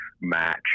match